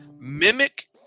Mimic